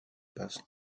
passe